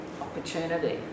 opportunity